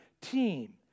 team